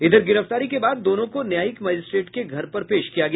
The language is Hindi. इधर गिरफ्तारी के बाद दोनों को न्यायिक मजिस्ट्रेट के घर पर पेश किया गया